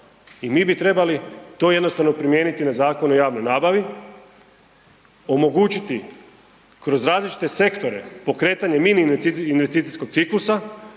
i mi bi trebali to jednostavno primijeniti na Zakon o javnoj nabavi, omogućiti kroz različite sektore pokretanje mini investicijskog ciklusa